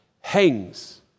hangs